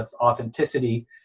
authenticity